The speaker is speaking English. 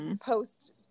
post-